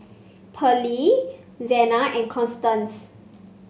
Pearlie Zena and Constance